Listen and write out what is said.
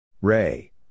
Ray